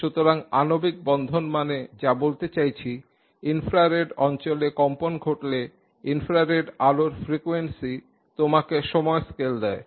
সুতরাং আণবিক বন্ধন মানে যা বলতে চাইছি ইনফ্রারেড অঞ্চলে কম্পন ঘটলে ইনফ্রারেড আলোর ফ্রিকোয়েন্সি তোমাকে সময়ের স্কেল দেয়